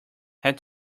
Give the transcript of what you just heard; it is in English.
had